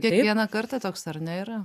kiekvieną kartą toks ar ne yra